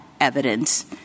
evidence